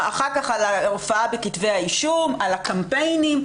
אחר כך על ההופעה בכתבי האישום, על הקמפיינים.